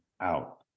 out